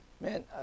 Man